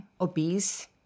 obese